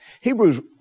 Hebrews